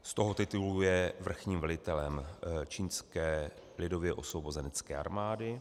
Z toho titulu je vrchním velitelem Čínské lidově osvobozenecké armády.